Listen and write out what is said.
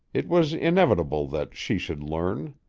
it was inevitable that she should learn.